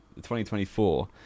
2024